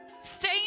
Stay